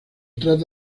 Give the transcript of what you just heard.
trata